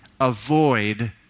avoid